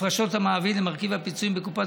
הפרשות המעביד למרכיב הפיצויים בקופת